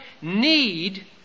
Need